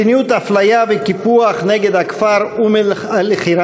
מדיניות אפליה וקיפוח נגד הכפר אום-אלחיראן,